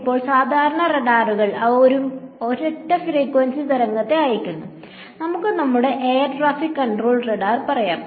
ഇപ്പോൾ സാധാരണ റഡാറിൽ അവ ഒരൊറ്റ ഫ്രീക്വൻസി തരംഗത്തെ അയയ്ക്കുന്നു നമുക്ക് നമ്മുടെ എയർ ട്രാഫിക് കൺട്രോൾ റഡാർ പറയാം